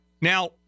Now